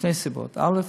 משתי סיבות: א.